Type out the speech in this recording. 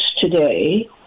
today